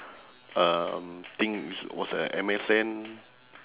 um thing which was a M S N